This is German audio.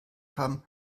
haben